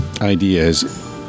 ideas